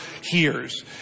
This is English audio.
hears